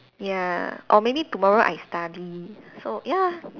ya or maybe tomorrow I study so ya